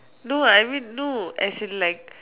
no I mean no as in like